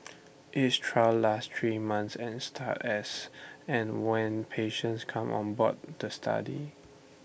each trial last three months and start as and when patients come on board the study